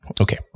Okay